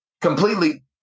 completely